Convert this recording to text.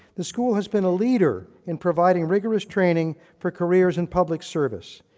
the school has been a leader in providing rigorous training for careers in public service.